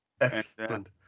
Excellent